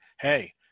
Hey